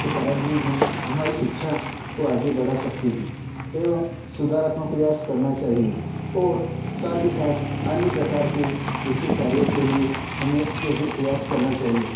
के कारण ही हम हमारी शिक्षा को आगे बढ़ा सकते हैं एवं सुधारात्मक प्रयास करना चाहिए और साथ ही साथ अन्य प्रकार के विकसित कार्यों के लिए हमें जो हे प्रयास करना चाहिए